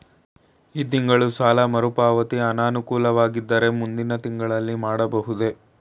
ಈ ತಿಂಗಳು ಸಾಲ ಮರುಪಾವತಿ ಅನಾನುಕೂಲವಾಗಿದ್ದರೆ ಮುಂದಿನ ತಿಂಗಳಲ್ಲಿ ಮಾಡಬಹುದೇ?